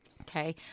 Okay